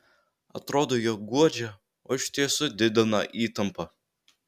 atrodo jog guodžia o iš tiesų didina įtampą